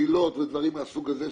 בחילות ודברים מהסוג הזה,